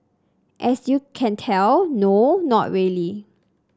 as you can tell no not really